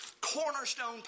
cornerstone